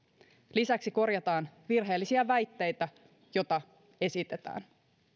lisäksi korjataan virheellisiä väitteitä joita esitetään